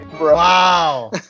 Wow